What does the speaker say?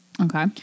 Okay